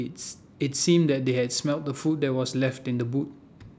it's IT seemed that they had smelt the food that were left in the boot